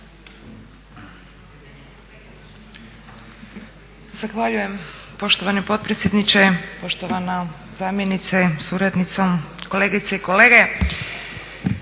Zahvaljujem poštovani potpredsjedniče, poštovana zamjenice sa suradnicom, kolegice i kolege.